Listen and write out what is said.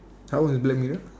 how was black mirror